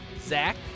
Zach